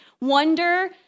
wonder